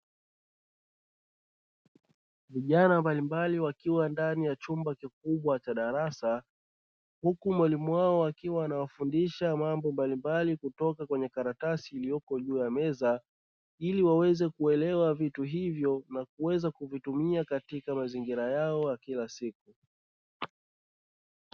Vijana mbalimbali wakiwa ndani ya chumba kikubwa cha darasa, huku mwalimu wao akiwa anawafundisha mambo mbalimbali kutoka kwenye karatasi iliyoko juu ya meza, ili waweze kuelewa vitu hivyo na kuweza kuvitumia katika mazingira yao kila siku.